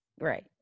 Right